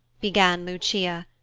began lucia,